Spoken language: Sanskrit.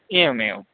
एवम् एवम्